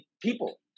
people